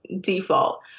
default